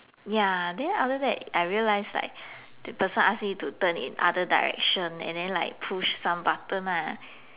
ya then after that I realize like the person ask me to turn in other direction and then like push some button lah